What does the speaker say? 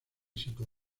situó